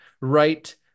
right